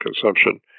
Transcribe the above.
consumption